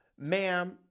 Ma'am